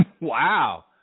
Wow